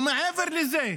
ומעבר לזה,